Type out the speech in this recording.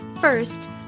first